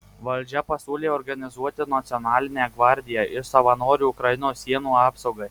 valdžia pasiūlė organizuoti nacionalinę gvardiją iš savanorių ukrainos sienų apsaugai